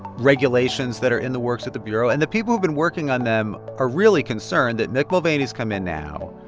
regulations that are in the works at the bureau. and the people who've been working on them are really concerned that mick mulvaney's come in now,